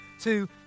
two